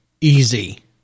easy